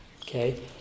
Okay